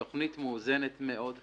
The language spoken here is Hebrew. זו תוכנית מאוזנת מאוד.